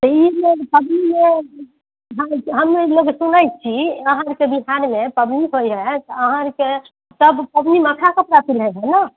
ई लोग पबनी लोग हमरे मुँहे जे सुनैत छी अहाँकेँ जे भिखारीमे पबनी जे होइत छै अहाँके सब पबनीमे अच्छा से पता होएत ने